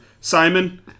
Simon